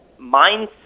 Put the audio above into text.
mindset